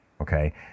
Okay